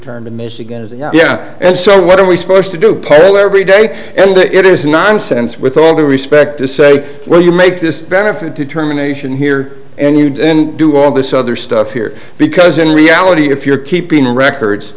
term in michigan yeah and so what are we supposed to do payroll every day and it is not a sense with all due respect to say well you make this benefit determination here and you do all this other stuff here because in reality if you're keeping records